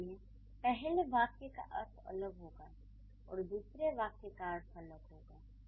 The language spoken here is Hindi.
इसलिए पहले वाक्य का अर्थ अलग होगा और दूसरे वाक्य का अर्थ अलग होगा